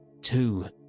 Two